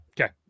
Okay